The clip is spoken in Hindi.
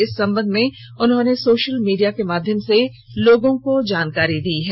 इस संबंध में उन्होंने सोशल मीडिया के माध्यम से लोगों को जानकारी दी है